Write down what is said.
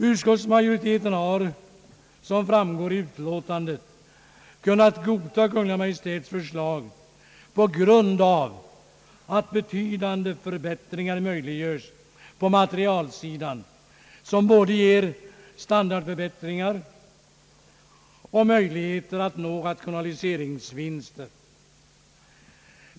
Som framgår av utlåtandet har utskottsmajoriteten kunnat godta Kungl. Maj:ts förslag på grund av att betydande förbättringar möjliggörs på materialsidan, vilka både ger standardförbättringar och möjligheter att nå rationaliseringsvinster.